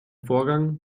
vorgang